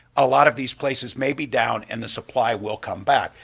a lot of these places may be down and the supply will come back.